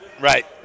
Right